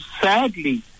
sadly